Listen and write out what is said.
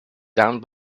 down